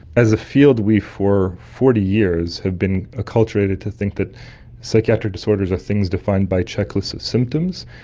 as a field we for forty years have been acculturated to think that psychiatric disorders are things defined by checklists of symptoms,